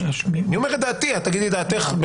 אני אומר את דעתי, את תגידי את דעתך.